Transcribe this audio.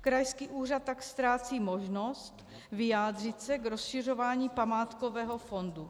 Krajský úřad tak ztrácí možnost vyjádřit se k rozšiřování památkového fondu.